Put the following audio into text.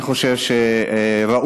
אני חושב שראוי,